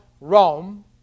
Rome